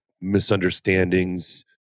misunderstandings